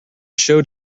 showed